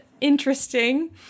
interesting